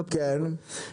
בגלל זה אנחנו פה.